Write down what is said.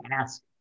ask